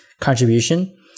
contribution